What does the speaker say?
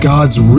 God's